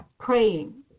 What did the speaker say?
Praying